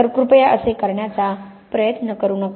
तर कृपया असे करण्याचा प्रयत्न करु नका